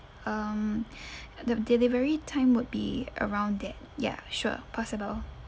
um the delivery time would be around that ya sure possible